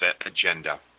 Agenda